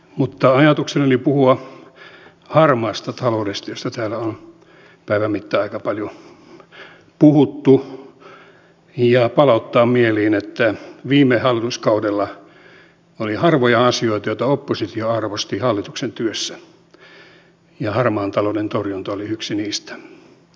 mutta ajatuksenani oli puhua harmaasta taloudesta josta täällä on päivän mittaan aika paljon puhuttu ja palauttaa mieliin että viime hallituskaudella oli harvoja asioita joita oppositio arvosti hallituksen työssä ja harmaan talouden torjunta oli yksi niistä